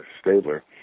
Stabler